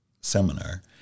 seminar